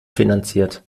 finanziert